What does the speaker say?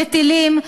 וטילים,